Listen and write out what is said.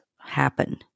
happen